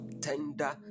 tender